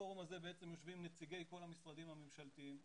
ובפורום הזה יושבים נציגי כל המשרדים הממשלתים.